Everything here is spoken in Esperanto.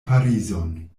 parizon